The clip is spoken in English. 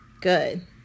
good